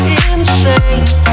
insane